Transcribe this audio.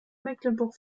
mecklenburg